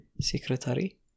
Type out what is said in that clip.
secretary